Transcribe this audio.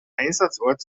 einsatzort